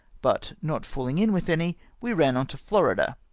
but not falhng in with any, we ran on to florida,